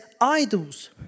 idols